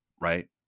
Right